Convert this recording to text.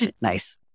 Nice